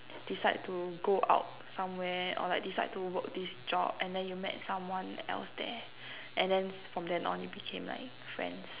decide to go out somewhere or like decide to work this job and then you met someone else there and then from then on you became like friends